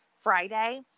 Friday